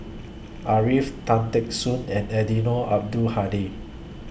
Arifin Tan Teck Soon and Eddino Abdul Hadi